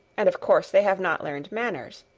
and of course they have not learned manners.